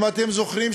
אם אתם זוכרים,